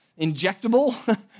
injectable